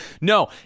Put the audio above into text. No